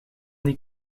die